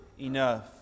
enough